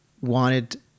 wanted